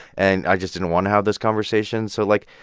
and i just didn't want to have those conversations. so, like,